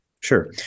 Sure